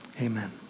amen